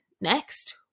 next